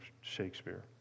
Shakespeare